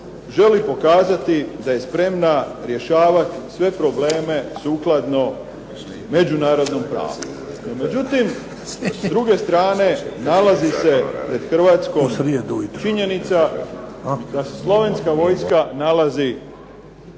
želi pokazati da je spremna rješavati sve probleme sukladno međunarodnom pravu. No međutim s druge strane nalazi se pred Hrvatskom činjenica da se slovenska vojska nalazi